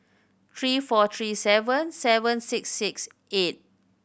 three four three seven seven six six eight